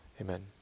Amen